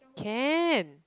can